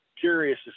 curious